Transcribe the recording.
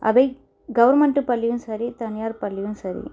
அவை கவுர்மெண்ட்டு பள்ளியும் சரி தனியார் பள்ளியும் சரி